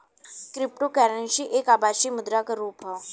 cryptocurrency एक आभासी मुद्रा क रुप हौ